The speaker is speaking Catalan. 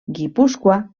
guipúscoa